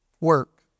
work